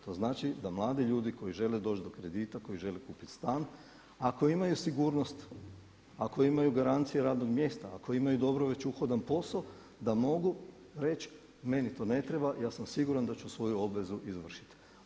To znači da mladi ljudi koji žele doći do kredita koji žele kupiti stan, ako imaju sigurnost, ako imaju garancije radnog mjesta, ako imaju dobro već uhodan posao da mogu reći meni to ne treba, ja sam siguran da ću svoju obvezu izvršiti.